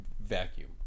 vacuum